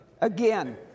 again